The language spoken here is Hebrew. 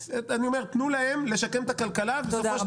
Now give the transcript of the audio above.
אני אומר: תנו להם לשקם את הכלכלה ובסופו של